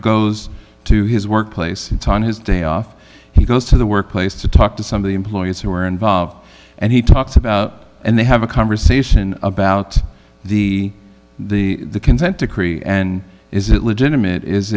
goes to his workplace in time his day off he goes to the workplace to talk to some of the employees who are involved and he talks about and they have a conversation about the the consent decree and is it legitimate is